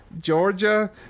Georgia